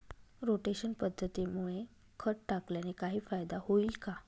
Rotation पद्धतीमुळे खत टाकल्याने काही फायदा होईल का?